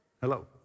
Hello